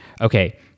okay